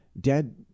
Dad